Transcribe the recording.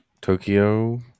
Tokyo